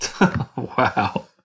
wow